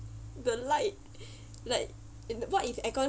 the light like what if aircon